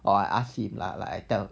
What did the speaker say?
oh I ask him lah like I tell